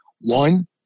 One